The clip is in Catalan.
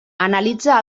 analitza